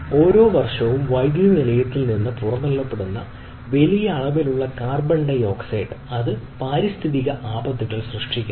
ഓരോ വർഷവും വൈദ്യുത നിലയങ്ങളിൽ നിന്ന് പുറന്തള്ളുന്ന വലിയ അളവിലുള്ള കാർബൺ ഡൈ ഓക്സൈഡ് അത് പാരിസ്ഥിതിക ആപത്തുകൾ സൃഷ്ടിക്കുന്നു